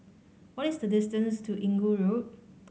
what is the distance to Inggu Road